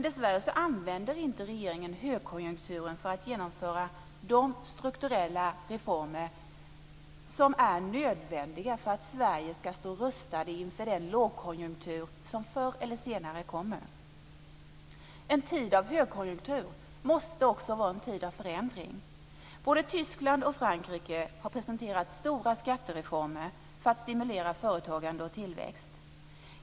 Dessvärre använder inte regeringen högkonjunkturen för att genomföra de strukturella reformer som är nödvändiga för att Sverige ska stå rustat inför den lågkonjunktur som förr eller senare kommer. En tid av högkonjunktur måste också vara en tid av förändring. Både Tyskland och Frankrike har presenterat stora skattereformer för att stimulera företagande och tillväxt.